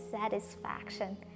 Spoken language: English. satisfaction